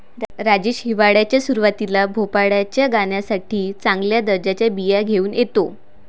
राजेश हिवाळ्याच्या सुरुवातीला भोपळ्याच्या गाण्यासाठी चांगल्या दर्जाच्या बिया घेऊन येतो